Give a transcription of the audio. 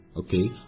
okay